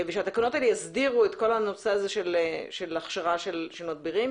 ושהתקנות האלה יסדירו את כל הנושא של הכשרה של מדבירים,